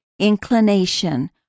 inclination